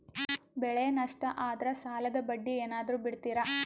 ಬೆಳೆ ನಷ್ಟ ಆದ್ರ ಸಾಲದ ಬಡ್ಡಿ ಏನಾದ್ರು ಬಿಡ್ತಿರಾ?